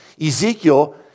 Ezekiel